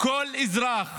כל אזרח